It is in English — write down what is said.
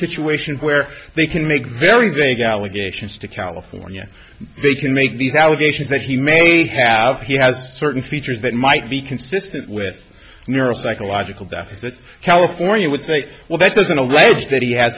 situation where they can make very big allegations to california they can make these allegations that he may have he has certain features that might be consistent with neuropsychological deficits california would say well that doesn't